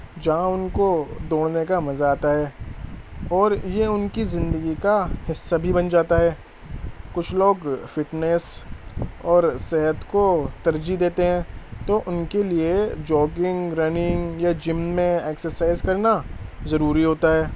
جہاں ان کو دوڑنے کا مزہ آتا ہے اور یہ ان کی زندگی کا حصہ بھی بن جاتا ہے کچھ لوگ فٹنس اور صحت کو ترجیح دیتے ہیں تو ان کے لیے جاگنگ رننگ یا جم میں ایکسرسائز کرنا ضروری ہوتا ہے